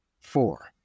four